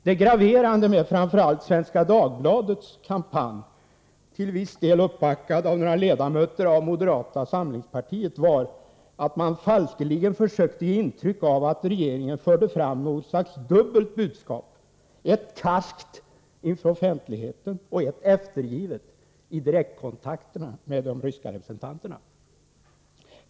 Det graverande med framför allt Svenska Dagbladets kampanj, till viss del uppbackad av några ledamöter av moderata samlingspartiet, var att man falskeligen försökte ge intryck av att regeringen förde fram något slags dubbelt budskap, ett karskt inför offentligheten och ett eftergivet i direktkontakterna med de ryska representanterna.